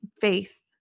faith